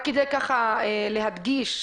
כדי להדגיש,